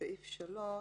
בסעיף (3)